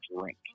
drink